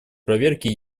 проверке